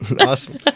Awesome